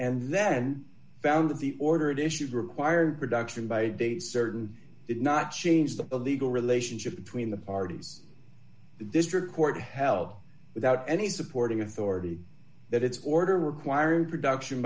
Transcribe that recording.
and then found that the ordered issued required production by a certain did not change the legal relationship between the parties the district court held without any supporting authority that its order requiring production